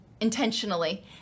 intentionally